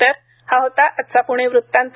तर हा होता आजचा पुणे वृत्तांत